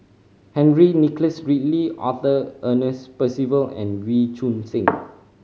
Henry Nicholas Ridley Arthur Ernest Percival and Wee Choon Seng